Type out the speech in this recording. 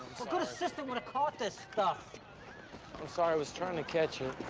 good assistant woulda caught this stuff. i'm sorry, i was trying to catch it.